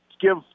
give